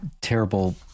terrible